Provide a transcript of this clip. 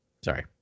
Sorry